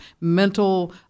mental